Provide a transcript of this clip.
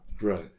Right